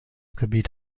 gebiet